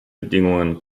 bedingungen